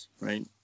right